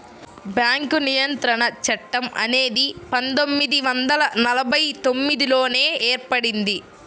bank నియంత్రణ చట్టం అనేది పందొమ్మిది వందల నలభై తొమ్మిదిలోనే ఏర్పడింది